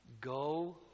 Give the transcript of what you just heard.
Go